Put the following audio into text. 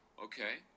Okay